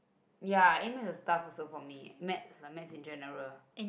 ya A-maths was tough also for me maths like maths in general